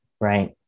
right